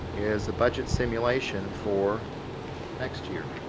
is a budget simulation for next year